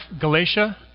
Galatia